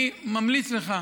אני ממליץ לך,